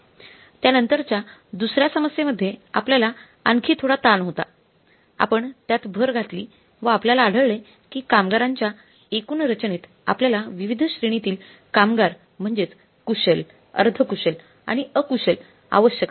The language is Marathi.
त्यानंतरच्या दुसर्या समस्येमध्ये आपल्याला आणखी थोडा ताण होता आपण त्यात भर घातली व आपल्याला आढळले की कामगारांच्या एकूण रचनेत आपल्याला विविध श्रेणीतील कामगार म्हणजेच कुशल अर्धकुशल आणि अकुशल आवश्यक असतील